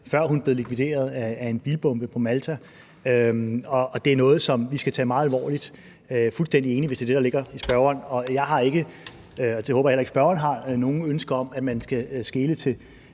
før hun blev likvideret af en bilbombe på Malta. Det er noget, som vi skal tage meget alvorligt. Det er jeg fuldstændig enig i, hvis det er det, der ligger i spørgsmålet. Jeg har ikke, og det håber jeg heller ikke spørgeren har, noget ønske om, at man skal skele til,